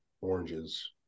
oranges